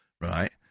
right